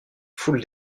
foule